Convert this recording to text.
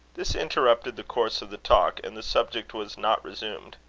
this interrupted the course of the talk, and the subject was not resumed.